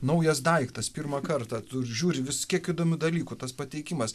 naujas daiktas pirmą kartą tu žiūri vis kiek įdomių dalykų tas pateikimas